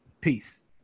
Peace